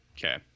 Okay